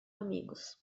amigos